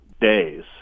days